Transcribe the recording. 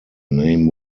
name